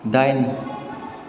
दाइन